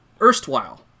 erstwhile